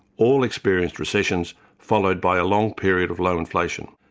all experienced recessions followed by a long period of low inflation.